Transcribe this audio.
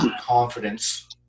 confidence